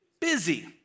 busy